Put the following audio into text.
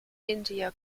india